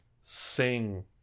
sing